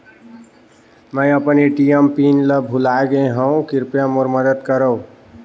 मैं अपन ATM PIN ल भुला गे हवों, कृपया मोर मदद करव